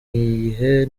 iyihe